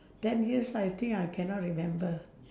ten years I think I cannot remember